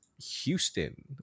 Houston